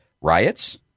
Riots